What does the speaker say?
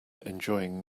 enjoying